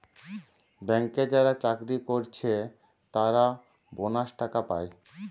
ব্যাংকে যারা চাকরি কোরছে তারা বোনাস টাকা পায়